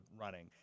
running